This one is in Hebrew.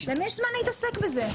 למי יש זמן להתעסק בזה?